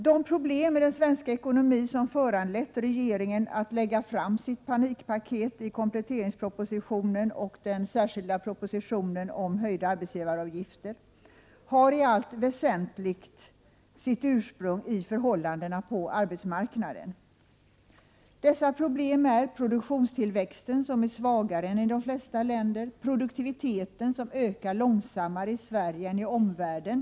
De problem i den svenska ekonomin som föranlett regeringen att lägga fram sitt panikpaket i kompletteringspropositionen och i den särskilda propositionen om höjda arbetsgivaravgifter har i allt väsentligt sitt ursprung i förhållandena på arbetsmarknaden. Problemen består i att produktionstillväxten är svagare än i de flesta andra länder och att produktiviteten ökar långsammare i Sverige än i omvärlden.